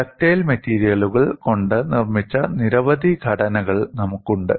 ductile മെറ്റീരിയലുകൾ കൊണ്ട് നിർമ്മിച്ച നിരവധി ഘടനകൾ നമുക്കുണ്ട്